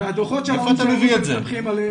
והדוחות של האו"ם שהם מסתמכים עליהם,